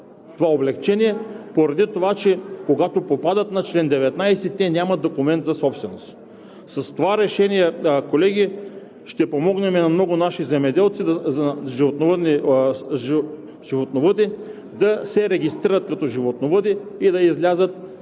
това облекчение поради това, че когато попадат в чл. 19, те нямат документ за собственост. С това решение, колеги, ще помогнем на много наши земеделци, животновъди да се регистрират като животновъди и де излязат